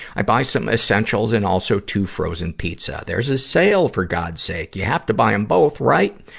i buy some essentials and also two frozen pizza. there's a sale, for god sake! you have to buy em both, right?